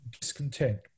discontent